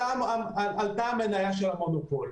עלתה המניה של המונופול.